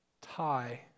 tie